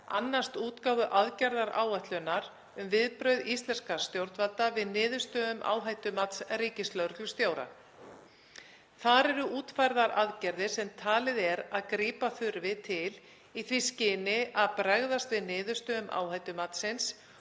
annast útgáfu aðgerðaáætlunar um viðbrögð íslenskra stjórnvalda við niðurstöðum áhættumats ríkislögreglustjóra. Þar eru útfærðar aðgerðir sem talið er að grípa þurfi til í því skyni að bregðast við niðurstöðum áhættumatsins